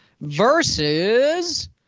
versus